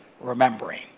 remembering